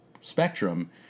spectrum